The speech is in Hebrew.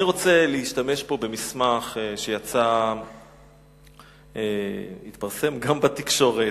אני רוצה להשתמש פה במסמך שיצא והתפרסם גם בתקשורת,